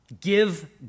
give